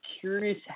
curious